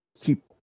keep